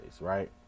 Right